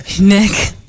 Nick